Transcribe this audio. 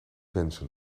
wensen